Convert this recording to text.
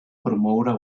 promoure